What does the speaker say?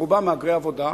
ורובם מהגרי עבודה,